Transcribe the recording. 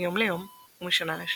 מיום ליום ומשנה לשנה.